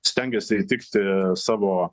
stengiasi įtikti savo